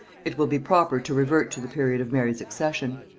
it will be proper to revert to the period of mary's accession.